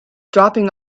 dropping